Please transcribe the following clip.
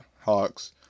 Hawks